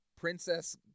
Princess